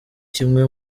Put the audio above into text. kimwe